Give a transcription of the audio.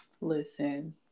Listen